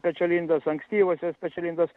pečialindos ankstyvosios pečialindos